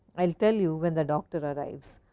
i will tell you when the doctor arrives.